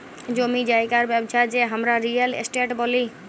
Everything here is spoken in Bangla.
জমি জায়গার ব্যবচ্ছা কে হামরা রিয়েল এস্টেট ব্যলি